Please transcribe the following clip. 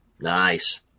Nice